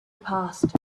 passed